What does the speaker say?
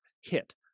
hit